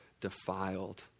defiled